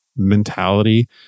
mentality